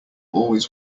always